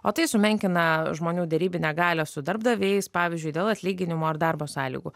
o tai sumenkina žmonių derybinę galią su darbdaviais pavyzdžiui dėl atlyginimo ar darbo sąlygų